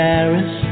Paris